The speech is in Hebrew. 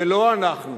ולא אנחנו,